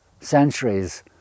centuries